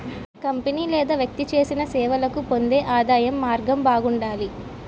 company లేదా వ్యక్తి చేసిన సేవలకు పొందే ఆదాయం మార్గం బాగుండాలి